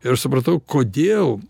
ir aš supratau kodėl